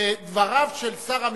דבריו של שר המשפטים,